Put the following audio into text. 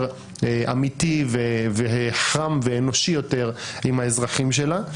אמתי וחם ואנושי יותר עם האזרחים שלה.